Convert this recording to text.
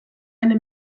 eine